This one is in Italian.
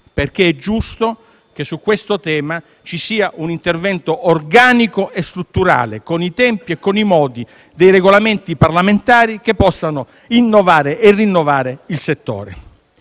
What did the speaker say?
perché è giusto che sul tema ci sia un intervento organico e strutturale, con i tempi e con i modi dei Regolamenti parlamentari, che possano innovare e rinnovare il settore.